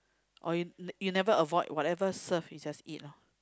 or you never avoid whatever serve you just eat loh